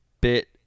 bit